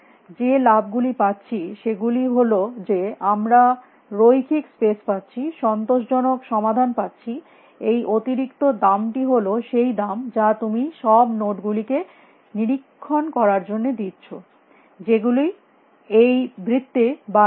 যে লাভ গুলি পাচ্ছি সেগুলি হল যে আমরা রৈখিক স্পেস পাচ্ছি সন্তোষজনক সমাধান পাচ্ছি এই অতিরিক্ত দামটি হল সেই দাম যা তুমি সব নোড গুলিকে নিরীক্ষণ করার জন্য দিচ্ছ যেগুলি এই বৃত্তে বার বার নেই